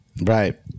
right